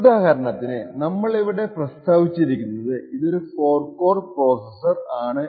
ഉദാഹരണത്തിന് നമ്മൾ ഇവിടെ പ്രസ്താവിച്ചിരിക്കുന്നത് ഇതൊരു 4 കോർ പ്രോസെസ്സർ ആണ്